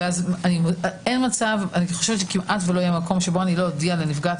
ואני חושבת שכמעט לא יהיה מקום שלא אודיע לנפגעת